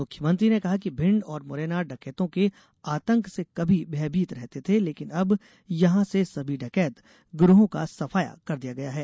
मुख्यमंत्री ने कहा कि भिण्ड और मुरैना डकैतों के आतंक से कभी भयभीत रहते थें लेकिन अब यहां से सभी डकैत गिरोंहो का सफाया कर दिया गया है